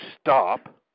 stop